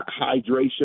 hydration